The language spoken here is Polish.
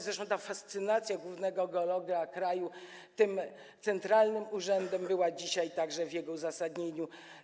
Zresztą ta fascynacja głównego geologa kraju centralnym urzędem była dzisiaj widoczna także w jego uzasadnieniu.